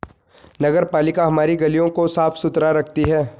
नगरपालिका हमारी गलियों को साफ़ सुथरा रखती है